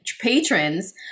patrons